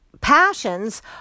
passions